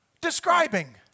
describing